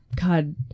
god